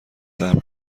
صبر